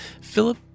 Philip